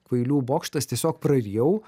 kvailių bokštas tiesiog prarijau